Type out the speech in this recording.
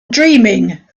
dreaming